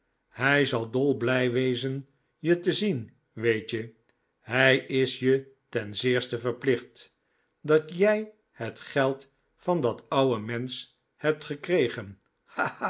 hij zal dol blij wezen je te zien weet je hij is je ten zeerste verplicht dat jij het geld van dat ouwe mensch hebt gekregen